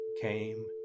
came